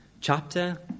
chapter